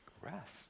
rest